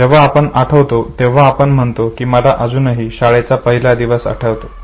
जेव्हा आपण आठवतो तेव्हा आपण म्हणतो की मला अजूनही माझा शाळेचा पहिला दिवस आठवतो